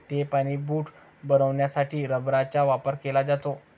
tape आणि boot बनवण्यासाठी रबराचा वापर केला जातो